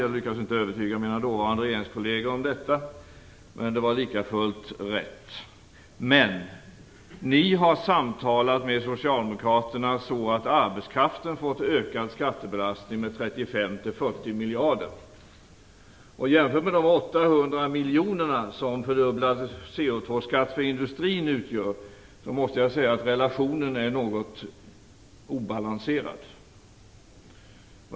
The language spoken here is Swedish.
Jag lyckades inte övertyga mina dåvarande regeringskolleger om detta, men det var likafullt rätt. Men ni vänsterpartister har samtalat med socialdemokraterna så att arbetskraften fått en ökad skattebelastning med 35-40 miljarder. Om man jämför detta med de 800 miljonerna som fördubblad CO2 skatt för industrin utgör, så måste jag säga att relationen är något obalanserad.